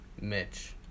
Mitch